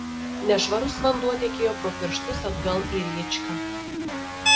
nešvarus vanduo tekėjo pro pirštus atgal į rėčką